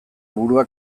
burua